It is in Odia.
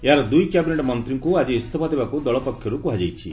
ଏହାର ଦୁଇ କ୍ୟାବିନେଟ୍ ମନ୍ତ୍ରୀଙ୍କୁ ଆଜି ଇସ୍ତଫା ଦେବାକୁ ଦଳ ପକ୍ଷରୁ କୁହାଯାଇଛି